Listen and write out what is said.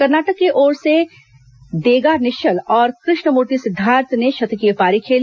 कर्नाटक की ओर से देगा निश्चल और कृष्णमूर्ति सिद्धार्थ ने शतकीय पारी खेली